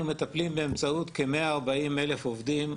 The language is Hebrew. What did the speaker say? אנחנו מטפלים באמצעות כ-140,000 עובדים,